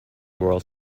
world